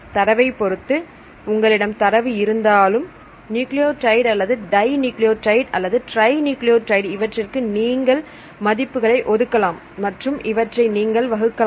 தரவை பொருத்து உங்களிடம் தரவு இருந்தாலும் நியூக்ளியோடைடு அல்லது டை நியூக்ளியோடைடு அல்லது ட்ரை நியூக்ளியோடைடு இவற்றிற்கு நீங்கள் மதிப்புகளை ஒதுக்கலாம் மற்றும் இவற்றை நீங்கள் வகுக்கலாம்